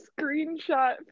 screenshot